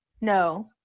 No